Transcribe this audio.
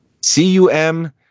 C-U-M